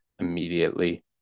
immediately